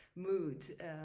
Mood